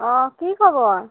অঁ কি খবৰ